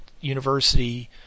university